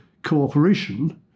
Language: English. cooperation